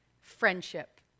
friendship